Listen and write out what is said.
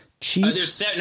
Chiefs